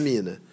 Mina